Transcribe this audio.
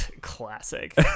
classic